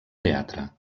teatre